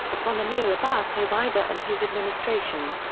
upon amir abbas hoveyda and his administration.